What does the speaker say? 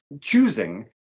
choosing